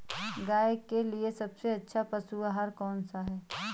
गाय के लिए सबसे अच्छा पशु आहार कौन सा है?